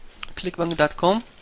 clickbank.com